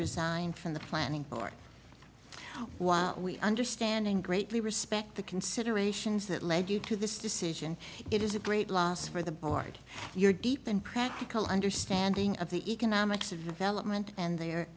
resign from the planning board while we understand and greatly respect the considerations that led you to this decision it is a great loss for the board your deep and practical understanding of the economics of development and their